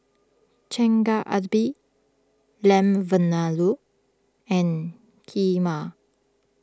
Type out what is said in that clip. Chigenadbe Lamb Vindaloo and Kheema